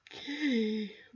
Okay